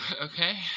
Okay